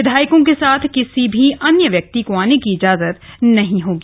विधायकों के साथ किसी भी अन्य व्यक्ति को आने की इजाजत नहीं होगी